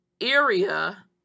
area